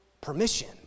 permission